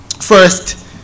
First